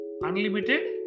unlimited